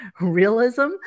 realism